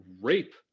rape